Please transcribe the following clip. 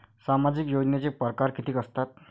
सामाजिक योजनेचे परकार कितीक असतात?